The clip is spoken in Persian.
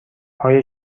های